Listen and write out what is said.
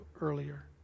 earlier